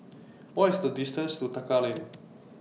What IS The distance to Tekka Lane